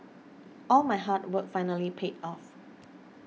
all my hard work finally paid off